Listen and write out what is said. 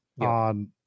on